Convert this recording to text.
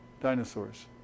dinosaurs